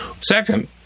Second